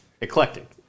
Eclectic